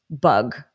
bug